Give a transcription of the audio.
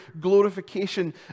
glorification